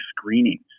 screenings